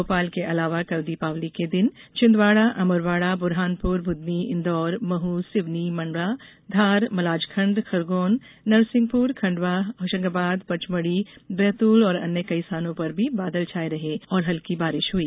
भोपाल के अलावा कल दीपावली के दिन छिंदवाड़ा अमरवाड़ा बुरहानपुर बुधनी इंदौर महू सिवनी मंडला धार मलाजखंड खरगोन नरसिंहपुर खंडवा होशंगाबाद पचमढ़ी बैतूल और कुछ अन्य स्थानों पर भी बादल छाये रहे और हल्की बारिश हुई